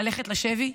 ללכת לשבי,